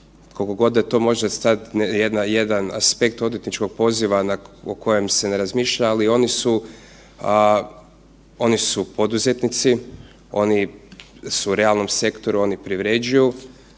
koliko god da to može stajat jedan aspekt odvjetničkog poziva o kojem se ne razmišlja, ali oni su poduzetnici, oni su u realnom sektoru, oni privređuju i